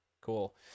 Cool